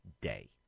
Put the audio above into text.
day